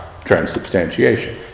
Transubstantiation